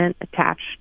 attached